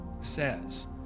says